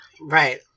Right